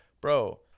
bro